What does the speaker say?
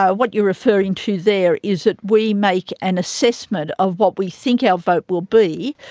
ah what you're referring to there is that we make an assessment of what we think our vote will be.